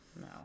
No